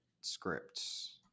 scripts